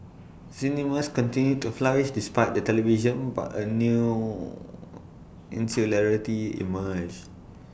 cinemas continued to flourish despite the television but A new insularity emerged